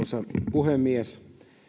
puhemies